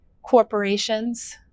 Corporations